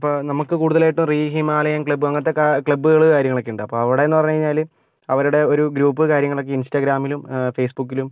ഇപ്പം നമുക്ക് കൂടുതലായിട്ടും റീ ഹിമാലയന് ക്ലബ് അങ്ങനത്തെ ക്ലബ്ബുകൾ കാര്യങ്ങൾ ഒക്കെയുണ്ട് ഇപ്പം അവിടെ എന്ന് പറഞ്ഞു കഴിഞ്ഞാൽ അവരുടെ ഒരു ഗ്രൂപ്പ് കാര്യങ്ങൾ ഒക്കെ ഇന്സ്റ്റഗ്രാമിലും ഫേസ്ബുക്കിലും